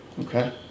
Okay